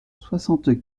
soixante